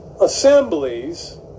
assemblies